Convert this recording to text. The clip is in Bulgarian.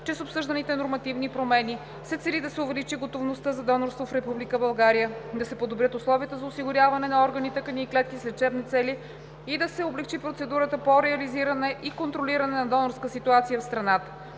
че с обсъжданите нормативни промени се цели да се увеличи готовността за донорство в Република България, да се подобрят условията за осигуряване на органи, тъкани и клетки с лечебни цели и да се облекчи процедурата по реализиране и контролиране на донорска ситуация в страната.